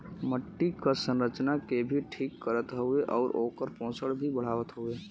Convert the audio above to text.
मट्टी क संरचना के भी ठीक करत हउवे आउर ओकर पोषण भी बढ़ावत हउवे